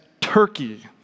Turkey